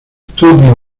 turno